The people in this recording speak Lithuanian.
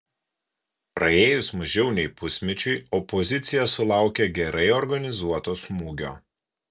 praėjus mažiau nei pusmečiui opozicija sulaukė gerai organizuoto smūgio